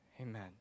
Amen